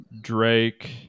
Drake